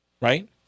right